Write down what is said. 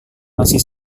masih